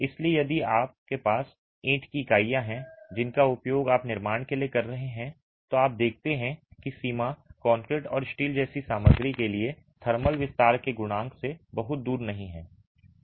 इसलिए यदि आपके पास मिट्टी की ईंट इकाइयाँ हैं जिनका उपयोग आप निर्माण के लिए कर रहे हैं तो आप देखते हैं कि सीमा कंक्रीट और स्टील जैसी सामग्री के लिए थर्मल विस्तार के गुणांक से बहुत दूर नहीं है